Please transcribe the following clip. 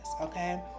okay